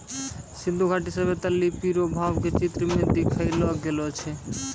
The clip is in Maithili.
सिन्धु घाटी सभ्यता लिपी रो भाव के चित्र मे देखैलो गेलो छलै